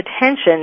attention